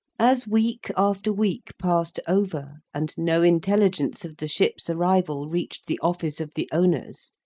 as week after week passed over, and no intelligence of the ship's arrival reached the office of the owners,